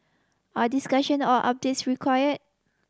are discussion or updates required